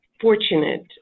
fortunate